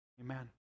Amen